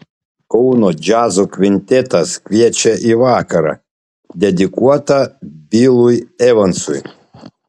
kauno džiazo kvintetas kviečia į vakarą dedikuotą bilui evansui